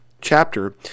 chapter